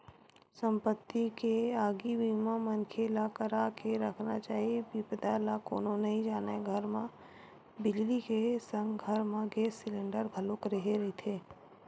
संपत्ति के आगी बीमा मनखे ल करा के रखना चाही बिपदा ल कोनो नइ जानय घर म बिजली के संग घर म गेस सिलेंडर घलोक रेहे रहिथे